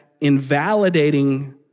invalidating